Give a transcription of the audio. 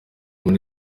muri